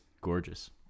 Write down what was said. gorgeous